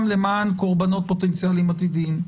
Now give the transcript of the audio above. למען קורבנות פוטנציאליים עתידיים.